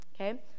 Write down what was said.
okay